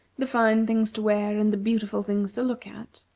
the fine things to wear, and the beautiful things to look at,